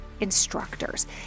instructors